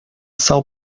são